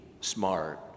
smart